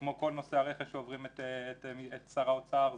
שכמו כל נושאי הרכש שעוברים דרך שר האוצר,